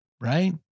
Right